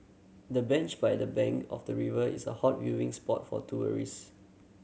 the bench by the bank of the river is a hot viewing spot for tourists